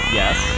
yes